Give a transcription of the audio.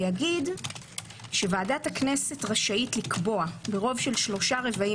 ויגיד שוועדת הכנסת רשאית לקבוע ברוב של שלושה רבעים